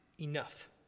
enough